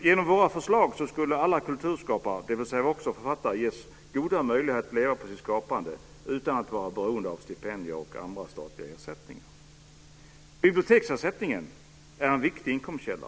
Genom våra förslag skulle alla kulturskapare, dvs. också författare, ges goda möjligheter att leva på sitt skapande utan att vara beroende av stipendier och statliga ersättningar. Biblioteksersättningen är en viktig inkomstkälla.